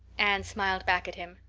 anne smiled back at him.